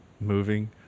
moving